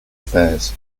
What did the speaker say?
affairs